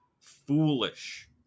foolish